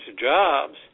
jobs